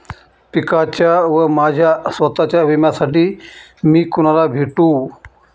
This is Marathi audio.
पिकाच्या व माझ्या स्वत:च्या विम्यासाठी मी कुणाला भेटू?